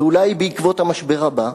ואולי בעקבות המשבר הבא,